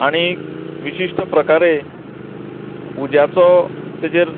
आनी विशिश्ट प्रकारे उज्याचो तेजेर